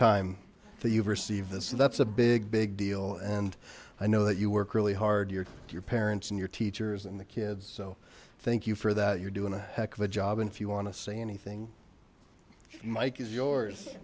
that you've received this so that's a big big deal and i know that you work really hard your your parents and your teachers and the kids so thank you for that you're doing a heck of a job and if you want to see anything mike is yours